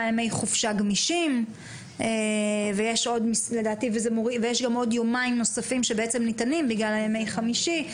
ימי חופשה גמישים וניתנים עוד יומיים נוספים בגלל ימי חמישי,